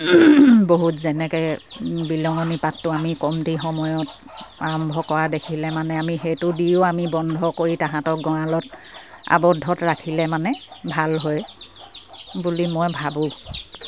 বহুত যেনেকে বিহলঙনী পাতটো আমি কমটি সময়ত আৰম্ভ কৰা দেখিলে মানে আমি সেইটো দিও আমি বন্ধ কৰি তাহাঁতক গঁৰালত আৱদ্ধত ৰাখিলে মানে ভাল হয় বুলি মই ভাবোঁ